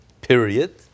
period